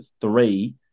three